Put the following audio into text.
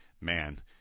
man